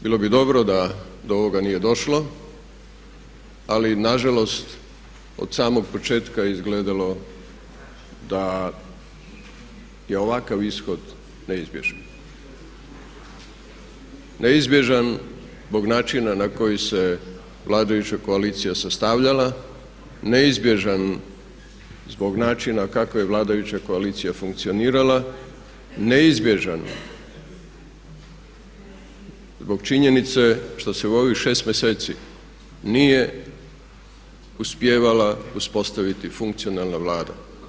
Bilo bi dobro da do ovoga nije došlo, ali na žalost od samog početka je izgledalo da je ovakav ishod neizbježan, neizbježan zbog načina na koji se vladajuća koalicija sastavljala, neizbježan zbog načina kako je vladajuća koalicija funkcionirala, neizbježan zbog činjenice što se u ovih 6 mjeseci nije uspijevala uspostaviti funkcionalna Vlada.